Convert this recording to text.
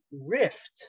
rift